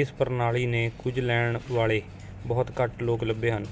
ਇਸ ਪ੍ਰਣਾਲੀ ਨੇ ਕੁਝ ਲੈਣ ਵਾਲ਼ੇ ਬਹੁਤ ਘੱਟ ਲੋਕ ਲੱਭੇ ਹਨ